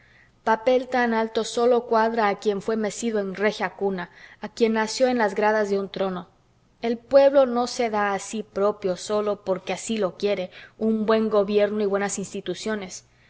papel tan alto sólo cuadra a quién fué mecido en regia cuna a quien nació en las gradas de un trono un pueblo no se da a sí propio sólo porque así lo quiere un buen gobierno y buenas instituciones